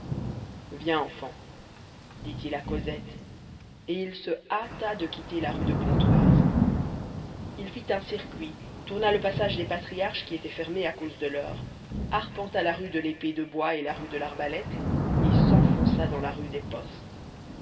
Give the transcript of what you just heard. viens enfant dit-il à cosette et il se hâta de quitter la rue de pontoise il fit un circuit tourna le passage des patriarches qui était fermé à cause de l'heure arpenta la rue de lépée de bois et la rue de l'arbalète et s'enfonça dans la rue des postes